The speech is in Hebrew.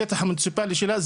השטח המוניציפלי שלה?